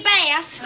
Bass